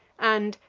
and,